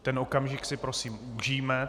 Ten okamžik si prosím užijme.